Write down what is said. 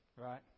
right